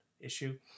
issue